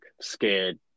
scared